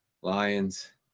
Lions